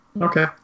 Okay